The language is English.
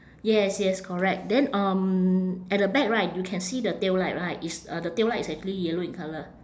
yes yes correct then um at the back right you can see the tail light right it's uh the tail light is actually yellow in colour